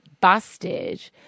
busted